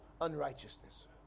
unrighteousness